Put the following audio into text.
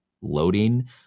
loading